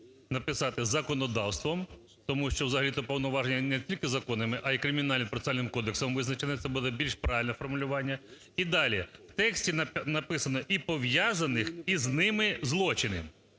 написати "законодавством", тому що взагалі-то повноваження не тільки законами, а й Кримінально-процесуальним кодексом визначене. Це буде більш правильне формулювання. І далі. В тексті написано: "і пов'язаних із ними злочини".